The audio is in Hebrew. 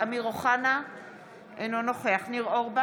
ולכן חשבנו שכדי שיהיה עליו פיקוח וכדי